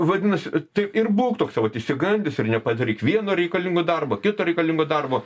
vadinasi tai ir būk toksai vat išsigandęs ir nepadaryk vieno reikalingo darbo kito reikalingo darbo